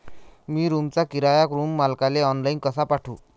मी रूमचा किराया रूम मालकाले ऑनलाईन कसा पाठवू?